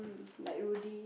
like Rudy